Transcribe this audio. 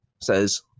says